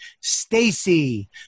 Stacy